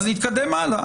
נתקדם הלאה.